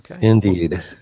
indeed